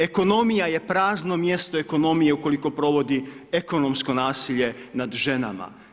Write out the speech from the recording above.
Ekonomija je prazno mjesto ekonomije ukoliko provodi ekonomsko nasilje nad ženama.